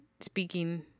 speaking